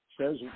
says